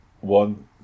one